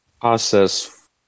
process